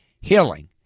healing